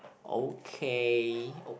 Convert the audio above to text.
okay